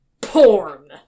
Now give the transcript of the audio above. porn